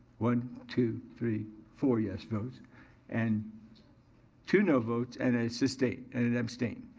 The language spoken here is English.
one, two, three, four yes votes and two no votes and a sustain, and an abstain.